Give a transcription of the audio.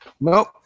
Nope